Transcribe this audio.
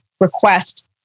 request